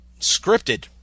scripted